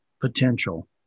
potential